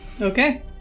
Okay